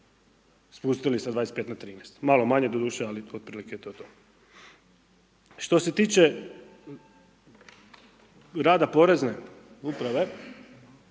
spustili sa 25 na 13. malo manje doduše ali otprilike to je to. Što se tiče rada porene uprave,